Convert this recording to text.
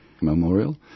Memorial